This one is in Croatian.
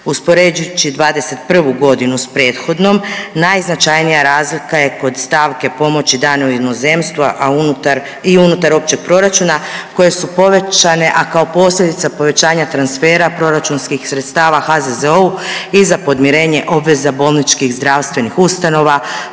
Uspoređujući '21. godinu s prethodnom najznačajnija razlika je kod stavke pomoći danoj inozemstvu, a unutar i unutar općeg proračuna koje su povećane, a kao posljedica povećanja transfera proračunskih sredstava HZZO-u i za podmirenje obveza bolničkih zdravstvenih ustanova